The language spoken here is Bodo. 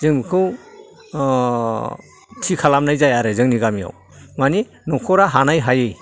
जों बेखौ थि खालामनाय जाया आरो जोंनि गामियाव मानि न'खरा हानाय हायै